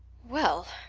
well!